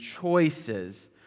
choices